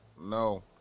no